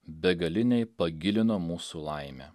begaliniai pagilino mūsų laimę